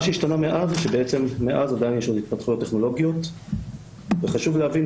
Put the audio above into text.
מה שהשתנה מאז זה שמאז יש עוד התפתחויות טכנולוגיות וחשוב להבין,